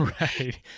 Right